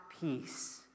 peace